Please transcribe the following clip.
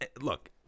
Look